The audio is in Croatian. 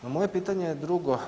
No moje pitanje je drugo.